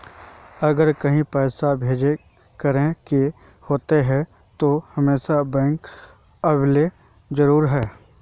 अगर कहीं पैसा भेजे करे के होते है तो हमेशा बैंक आबेले जरूरी है?